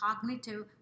cognitive